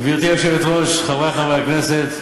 גברתי היושבת-ראש, חברי חברי הכנסת,